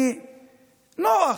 נוח.